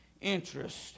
interest